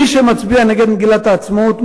מי שמצביע נגד מגילת העצמאות,